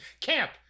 Camp